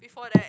before that